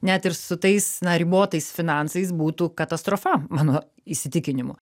net ir su tais na ribotais finansais būtų katastrofa mano įsitikinimu